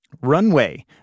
Runway